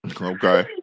Okay